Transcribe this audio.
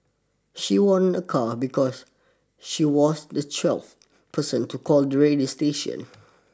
she won a car because she was the twelfth person to call the radio station